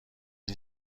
این